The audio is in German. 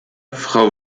frau